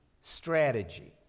strategy